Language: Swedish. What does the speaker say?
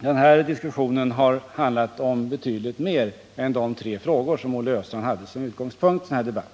den här diskussionen har handlat om betydligt mer än de tre frågor som Olle Östrand hade som utgångspunkt för debatten.